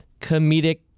comedic